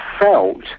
felt